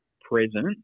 present